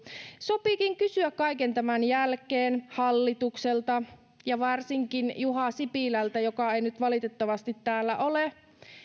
sopiikin kysyä kaiken tämän jälkeen hallitukselta ja varsinkin juha sipilältä joka ei nyt valitettavasti täällä ole